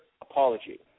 apology